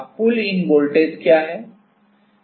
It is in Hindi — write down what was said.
अब पुल इन वोल्टेज क्या है